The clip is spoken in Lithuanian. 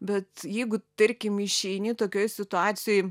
bet jeigu tarkim išeini tokioj situacijoj